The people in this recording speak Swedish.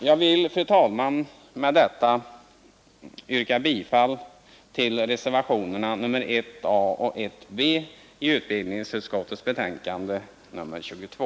Jag vill, fru talman, med detta yrka bifall till reservationerna nr 1 a och 1 bi utbildningsutskottets betänkande nr 22.